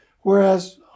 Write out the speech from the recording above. whereas